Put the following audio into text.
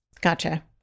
Gotcha